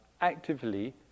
actively